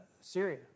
Syria